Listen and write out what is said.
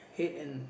hate and